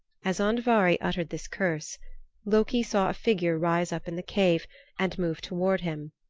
as andvari uttered this curse loki saw a figure rise up in the cave and move toward him.